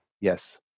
Yes